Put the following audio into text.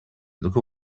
look